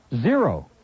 Zero